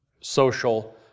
social